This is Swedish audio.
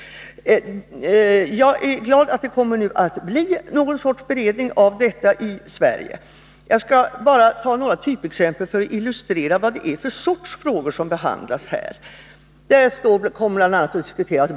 Jag är glad över att det nu kommer att bli någon sorts beredning på denna punkt i Sverige. Jag skall bara ta några typexempel för att illustrera vad det är för slags frågor som behandlas. Bl. a. kommer barn och aga att diskuteras.